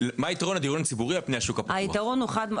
מה היתרון הדיור הציבורי על פני השוק הפתוח?